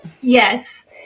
Yes